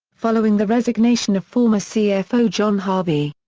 following the resignation of former cfo john harvey.